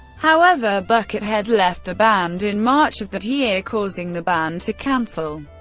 however, buckethead left the band in march of that year, causing the band to cancel.